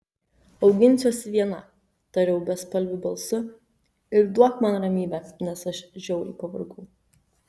auginsiuosi viena tariau bespalviu balsu ir duok man ramybę nes aš žiauriai pavargau